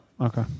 okay